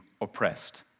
oppressed